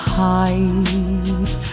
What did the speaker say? hide